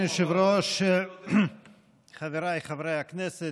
אדוני היושב-ראש, חבריי חברי הכנסת,